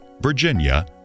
Virginia